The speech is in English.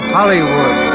Hollywood